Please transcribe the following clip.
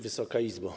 Wysoka Izbo!